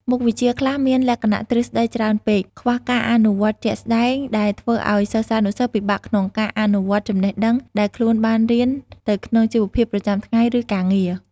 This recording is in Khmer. មុខវិជ្ជាខ្លះមានលក្ខណៈទ្រឹស្តីច្រើនពេក ខ្វះការអនុវត្តជាក់ស្តែង ដែលធ្វើឱ្យសិស្សានុសិស្សពិបាកក្នុងការអនុវត្តចំណេះដឹងដែលខ្លួនបានរៀនទៅក្នុងជីវភាពប្រចាំថ្ងៃ ឬការងារ។